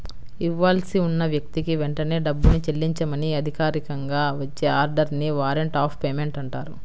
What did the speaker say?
ఇవ్వాల్సి ఉన్న వ్యక్తికి వెంటనే డబ్బుని చెల్లించమని అధికారికంగా వచ్చే ఆర్డర్ ని వారెంట్ ఆఫ్ పేమెంట్ అంటారు